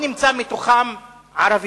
אבל לא נמצא בתוכם ערבי.